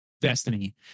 destiny